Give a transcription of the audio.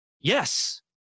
yes